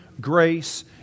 grace